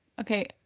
okay